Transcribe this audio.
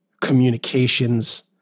communications